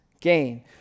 gain